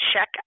check